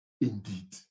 indeed